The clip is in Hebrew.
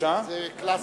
זה קלאסי.